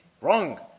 wrong